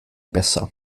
besser